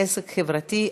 עסק חברתי),